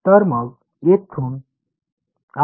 तर मग येथून आपण काय लिहू शकतो